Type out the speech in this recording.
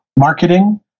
marketing